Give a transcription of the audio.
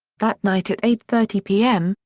that night at eight thirty pm,